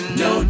no